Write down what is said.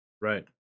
Right